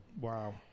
Wow